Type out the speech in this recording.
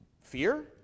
Fear